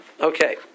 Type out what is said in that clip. Okay